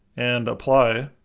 and apply.